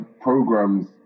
programs